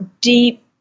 deep